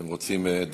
אתם רוצים דיון?